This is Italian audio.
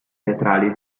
teatrali